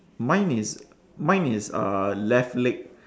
mine is mine is uh left leg